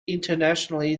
internationally